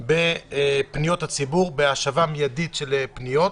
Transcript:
בפניות הציבור, בהשבה מיידית לפניות.